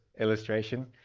illustration